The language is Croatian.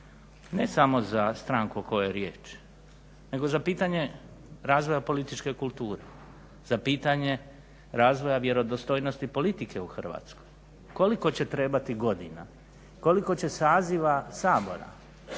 ne samo za stranku o kojoj je riječ, nego za pitanje razvoja političke kulture, za pitanje razvoja vjerodostojnosti politike u Hrvatskoj. Koliko će trebati godina, koliko će saziva Sabora